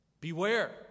Beware